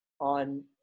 on